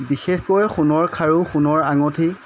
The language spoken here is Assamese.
বিশেষকৈ সোণৰ খাৰু সোণৰ আঙুঠি